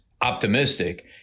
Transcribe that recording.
optimistic